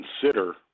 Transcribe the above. consider